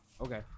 Okay